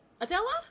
adela